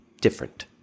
different